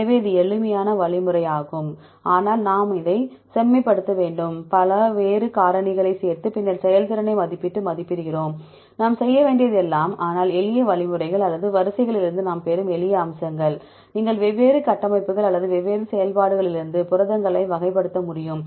எனவே இது எளிமையான வழிமுறையாகும் ஆனால் இதை நாம் செம்மைப்படுத்த வேண்டும் வேறு பல காரணிகளைச் சேர்த்து பின்னர் செயல்திறனை மதிப்பிட்டு மதிப்பிடுகிறோம் நாம் செய்ய வேண்டியது எல்லாம் ஆனால் எளிய வழிமுறைகள் அல்லது வரிசையிலிருந்து நாம் பெறும் எளிய அம்சங்கள் நீங்கள் வெவ்வேறு கட்டமைப்புகள் அல்லது வெவ்வேறு செயல்பாடுகளிலிருந்து புரதங்கள் வகைப்படுத்த முடியும்